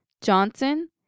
Johnson